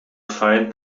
find